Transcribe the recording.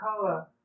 color